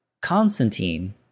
Constantine